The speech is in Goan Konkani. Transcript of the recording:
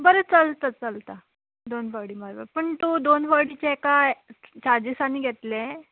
बरें चलता चलता दोन फावटी मारपा पूण तूं दोन फावटीचे एका चार्जीस आनी घेतलें